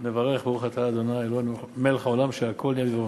נברך: ברוך אתה ה' אלוהינו מלך העולם שהכול נהיה בדברו.